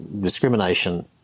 discrimination